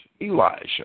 Elijah